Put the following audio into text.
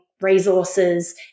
resources